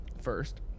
First